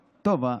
לכאורה,